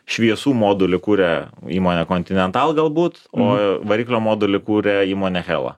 šviesų modulį kuria įmonė continental galbūt o variklio modelį kūrė įmonė hella